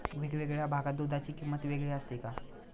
वेगवेगळ्या भागात दूधाची किंमत वेगळी असते का?